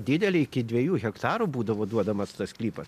didelį iki dviejų hektarų būdavo duodamas tas sklypas